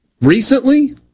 Recently